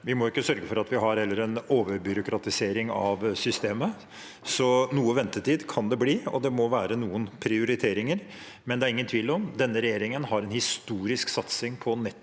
Vi må heller ikke ha en overbyråkratisering av systemet, så noe ventetid kan det bli, og det må være noen prioriteringer. Men det er ingen tvil om at denne regjeringen har en historisk satsing på nettopp energimyndighetene